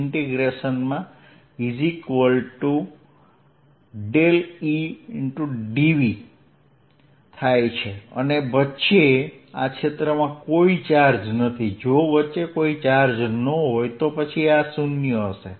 ds ∇E dv છે અને વચ્ચે આ ક્ષેત્રમાં કોઈ ચાર્જ નથી જો વચ્ચે કોઈ ચાર્જ ન હોય તો પછી આ 0 હશે